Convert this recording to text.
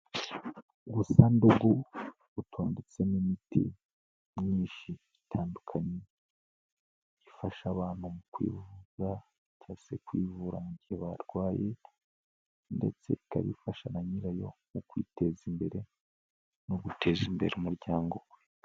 Ubusandugu butondetse n'imiti myinshi itandukanye, ifasha abantu mu kwivuza cyangwase kwivura mu gihe barwaye, ndetse ikaba ifasha na nyirayo mu kwiteza imbere no guteza imbere umuryango we.